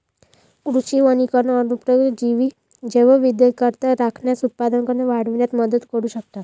कृषी वनीकरण अनुप्रयोग जैवविविधता राखण्यास, उत्पादकता वाढविण्यात मदत करू शकतात